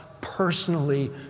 personally